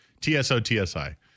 T-S-O-T-S-I